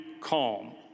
calm